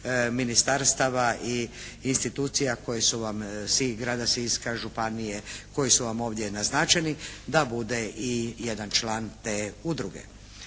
ministarstava i institucija koje su vam grada Siska, županije koji su vam ovdje naznačeni da bude i jedan član te udruge.